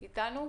אתה איתנו?